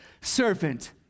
servant